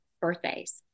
birthdays